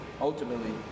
ultimately